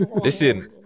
listen